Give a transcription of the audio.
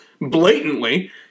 blatantly